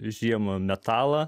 žiemą metalą